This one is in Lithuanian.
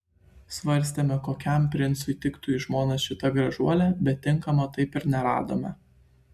svarstėme kokiam princui tiktų į žmonas šita gražuolė bet tinkamo taip ir neradome